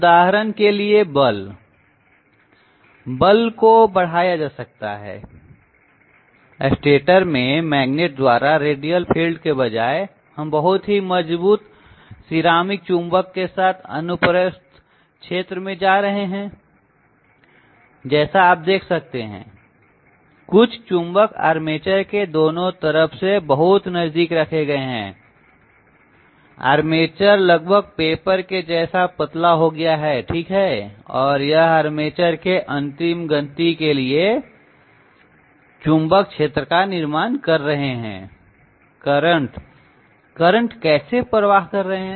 उदाहरण के लिए बल बल को बढ़ाया जा सकता है स्टेटर में मैग्नेट द्वारा रेडियल फील्ड के बजाय हम बहुत ही मजबूत सिरामिक चुंबक के साथ अनुप्रस्थ क्षेत्र में जा रहे हैं जैसा आप देख सकते हैं कुछ चुंबक आर्मेचर के दोनों तरफ से बहुत नजदीक रखे गए हैं आर्मेचर लगभग पेपर के जैसा पतला हो गया है ठीक है और यह आर्मेचर के अंतिम गति के लिए चुंबक क्षेत्र का निर्माण कर रहे हैं करंट कैसे प्रवाह कर रहे हैं